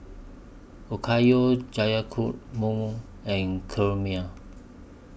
Okayu Guacamole and Kheemia